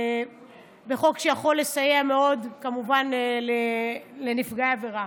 וחוק שיכול לסייע מאוד, כמובן, לנפגעי עבירה.